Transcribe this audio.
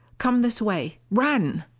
come this way run!